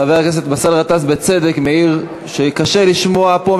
חבר הכנסת באסל גטאס בצדק מעיר שקשה לשמוע מפה,